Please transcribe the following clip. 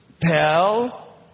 tell